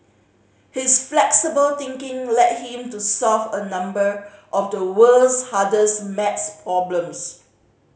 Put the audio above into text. his flexible thinking led him to solve a number of the world's hardest maths problems